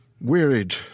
Wearied